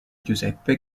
giuseppe